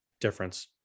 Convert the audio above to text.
difference